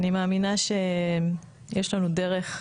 אני מאמינה שיש לנו דרך.